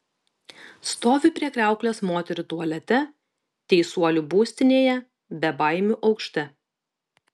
stoviu prie kriauklės moterų tualete teisuolių būstinėje bebaimių aukšte